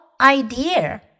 idea